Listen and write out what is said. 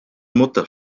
mutter